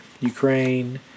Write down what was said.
Ukraine